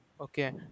Okay